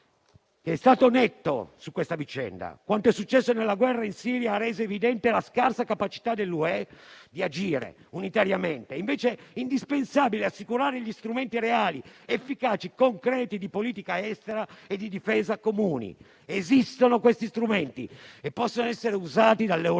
è stato netto su questa vicenda dicendo che quanto è successo nella guerra in Siria ha reso evidente la scarsa capacità dell'Unione europea di agire unitariamente, è invece indispensabile assicurare gli strumenti reali, efficaci e concreti di politica estera e di difesa comuni. Questi strumenti esistono e possono essere usati dall'Europa